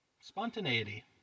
Spontaneity